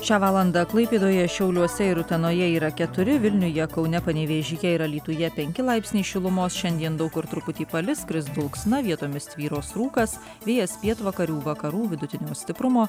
šią valandą klaipėdoje šiauliuose ir utenoje yra keturi vilniuje kaune panevėžyje ir alytuje penki laipsniai šilumos šiandien daug kur truputį palis kris dulksna vietomis tvyros rūkas vėjas pietvakarių vakarų vidutinio stiprumo